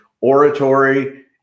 oratory